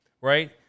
Right